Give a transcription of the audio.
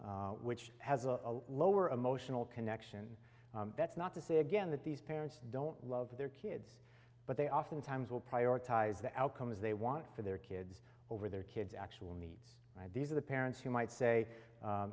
style which has a lower a motional connection that's not to say again that these parents don't love their kids but they oftentimes will prioritize the outcomes they want for their kids over their kids actual needs id's are the parents who might say